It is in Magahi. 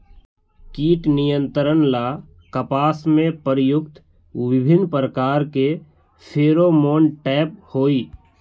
कीट नियंत्रण ला कपास में प्रयुक्त विभिन्न प्रकार के फेरोमोनटैप होई?